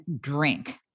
drink